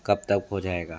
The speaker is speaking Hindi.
कब तक हो जाएगा